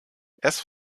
erst